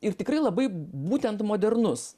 ir tikrai labai būtent modernus